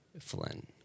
Flynn